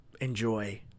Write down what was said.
enjoy